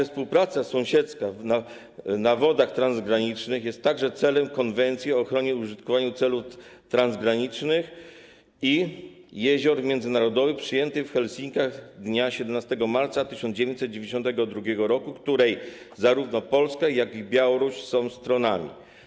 Współpraca sąsiedzka na wodach transgranicznych jest także celem Konwencji o ochronie i użytkowaniu cieków transgranicznych i jezior międzynarodowych, przyjętej w Helsinkach dnia 17 marca 1992 r., której zarówno Polska, jak i Białoruś są stronami.